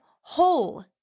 whole